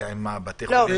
זה עם בתי החולים?